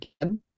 again